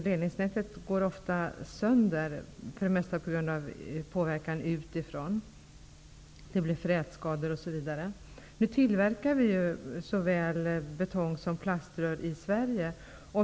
Ledningsnätet går ofta sönder, oftast på grund av påverkan utifrån -- det blir frätskador osv. Nu tillverkas såväl betong som plaströr i Sverige.